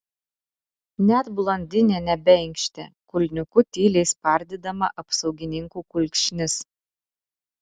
net blondinė nebeinkštė kulniuku tyliai spardydama apsaugininkų kulkšnis